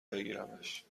بگیرمش